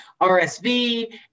RSV